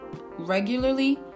regularly